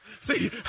See